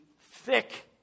thick